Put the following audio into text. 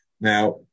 Now